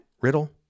Riddle